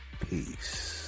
Peace